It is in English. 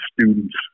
students